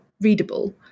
readable